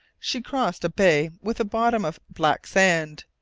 she crossed a bay with a bottom of black sand,